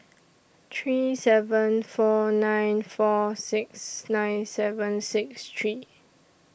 three seven four nine four six nine seven six three